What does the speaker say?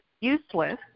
useless